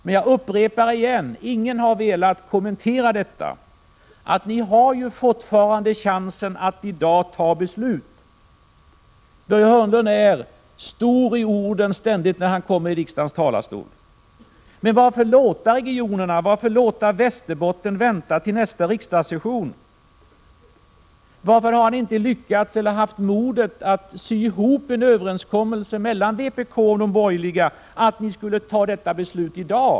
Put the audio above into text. Men jag upprepar: Ingen har velat kommentera att ni fortfarande har chansen att i dag fatta beslut. Börje Hörnlund är ständigt stor i orden när han står i riksdagens talarstol. Men varför låta Västerbotten vänta till nästa riksdagssession? Varför har han inte lyckats eller haft modet att sy ihop en överenskommelse mellan vpk och de borgerliga partierna om att fatta detta beslut i dag?